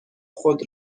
خود